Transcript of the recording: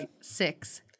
six